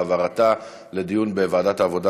על העברתה לדיון בוועדת העבודה,